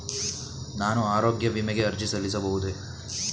ನಾನು ಆರೋಗ್ಯ ವಿಮೆಗೆ ಅರ್ಜಿ ಸಲ್ಲಿಸಬಹುದೇ?